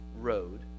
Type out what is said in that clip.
Road